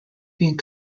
being